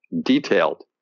detailed